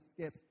skip